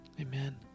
Amen